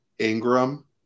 ingram